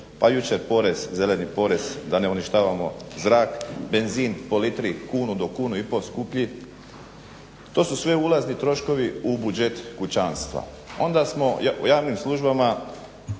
pa jučer zeleni porez da ne uništavamo zrak, benzin po litri kunu do kunu i pol skuplji, to su sve ulazni troškovi u budžet kućanstva. Onda smo u javnim službama